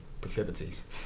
Proclivities